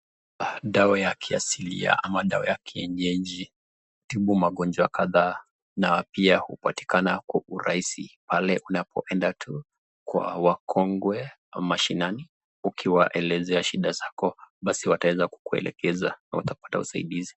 Dawa ya kiasilia ama dawa ya kienyeji hutibu Magonjwa kathaa na pia hupatikana kwa urahisi pale unapoenda tu kwa wakongwe mashinani ukiwaelezea shida zako, basi wataweza kukuelekeza na utapata usaidizi.